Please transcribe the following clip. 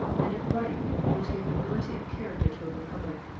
and of right which give nobility of character to a republic.